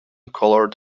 colored